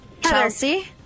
Chelsea